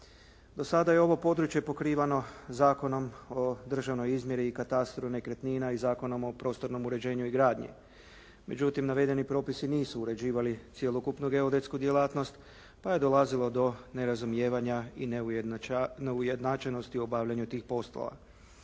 Do sada je ovdje područje pokrivano Zakonom o državnoj izmjeni i katastru nekretnina i Zakonom o prostornom uređenju i gradnju. Međutim, navedeni propisi nisu uređivali cjelokupnu geodetsku djelatnost pa je dolazilo do nerazumijevanja i neujednačenosti u obavljanju tih poslova.